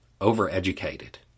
over-educated